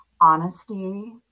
honesty